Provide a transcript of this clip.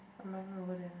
I'm running over there now